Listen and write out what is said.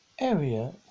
Area